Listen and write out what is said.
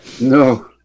No